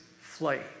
flight